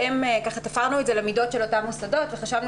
תפרנו אותם למידות של אותם מוסדות וחשבנו